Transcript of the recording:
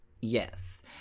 Yes